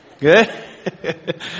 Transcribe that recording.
Good